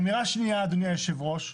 אמירה שנייה, אדוני היושב-ראש,